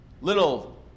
Little